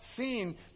seen